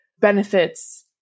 benefits